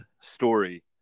story